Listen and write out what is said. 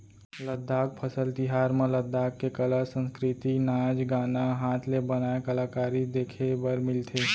लद्दाख फसल तिहार म लद्दाख के कला, संस्कृति, नाच गाना, हात ले बनाए कलाकारी देखे बर मिलथे